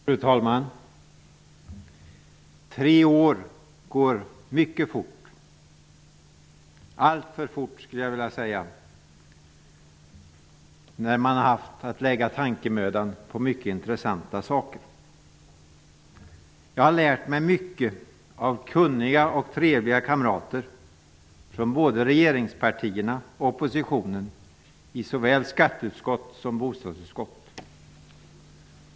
Fru talman! Tre år går mycket fort -- alltför fort, skulle jag vilja säga -- när man har haft att lägga tankemödan på mycket intressanta saker. Jag har lärt mig mycket av trevliga och kunniga kamrater från både regeringspartierna och oppositionen, i såväl skatteutskott som bostadsutskott.